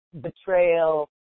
betrayal